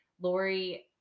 Lori